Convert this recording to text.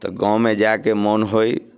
तऽ गाममे जायके मोन होय